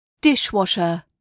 dishwasher